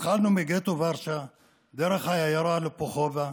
התחלנו מגטו ורשה דרך העיירה לופוחובה